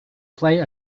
play